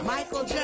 Michael